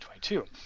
2022